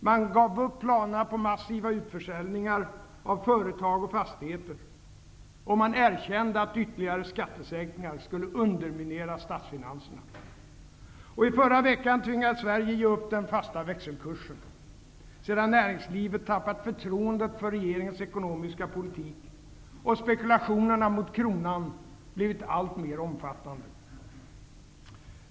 Man gav upp planerna på massiva utförsäljningar av företag och fastigheter, och man erkände att ytterligare skattesänkningar skulle underminera statsfinanserna. Och i förra veckan tvingades Sverige ge upp den fasta växelkursen, sedan näringslivet tappat förtroendet för regeringens ekonomiska politik och spekulationerna mot kronan blivit alltmer omfattande.